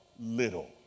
little